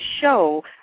show